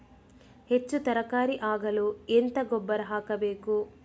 ಹೆಚ್ಚು ತರಕಾರಿ ಆಗಲು ಎಂತ ಗೊಬ್ಬರ ಹಾಕಬೇಕು?